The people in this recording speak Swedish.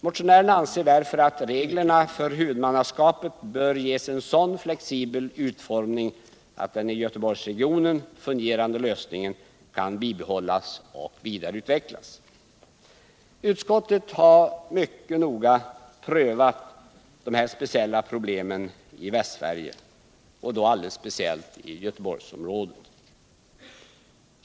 Motionärerna anser därför att reglerna förbättra kollektiv för huvudmannaskapet bör ges en sådan flexibel utformning att den i Göteborgsregionen fungerande lösningen kan bibehållas och vidareutvecklas. Utskottet har mycket noga prövat de speciella problemen i Västsverige, och då alldeles speciellt i Göteborgsområdet.